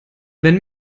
wenn